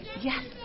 Yes